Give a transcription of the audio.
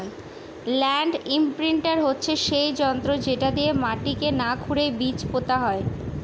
land imprinter হচ্ছে সেই যন্ত্র যেটা দিয়ে মাটিকে না খুরেই বীজ পোতা হয়